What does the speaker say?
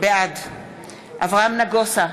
בעד אברהם נגוסה,